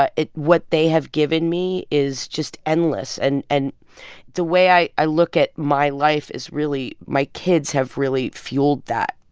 ah what they have given me is just endless. and and the way i i look at my life is really my kids have really fueled that.